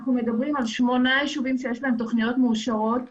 אנחנו מדברים על שמונה יישובים שיש להם תוכניות מאושרות,